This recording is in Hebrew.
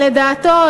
לדעתו,